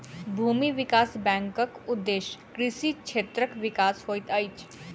भूमि विकास बैंकक उदेश्य कृषि क्षेत्रक विकास होइत अछि